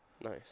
Nice